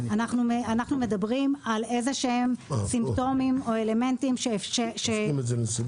אנחנו מדברים על סימפטומים או אלמנטים מובהקים.